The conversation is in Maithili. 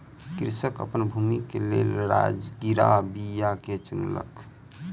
कृषक अपन भूमि के लेल राजगिरा बीया के चुनलक